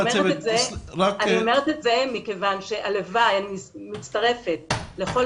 אני אומרת את זה מכיוון אני מצטרפת לכל